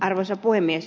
arvoisa puhemies